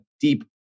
deep